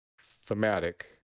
thematic